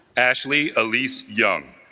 ashley elise young